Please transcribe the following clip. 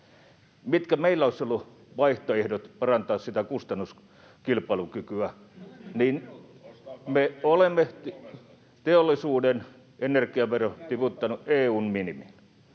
Mitkä meillä olisivat olleet vaihtoehdot parantaa sitä kustannuskilpailukykyä? Me olemme teollisuuden energiaverot tiputtaneet EU:n minimiin,